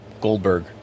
Goldberg